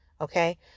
okay